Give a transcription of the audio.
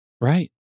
Right